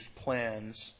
plans